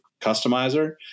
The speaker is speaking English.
customizer